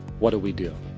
what do we do?